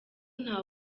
nta